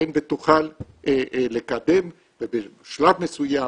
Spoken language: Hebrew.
ותוכל לקדם ובשלב מסוים